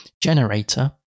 generator